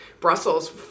Brussels